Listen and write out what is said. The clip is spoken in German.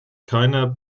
keiner